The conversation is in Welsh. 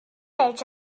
garej